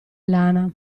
lana